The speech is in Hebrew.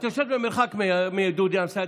את יושבת במרחק מדודי אמסלם,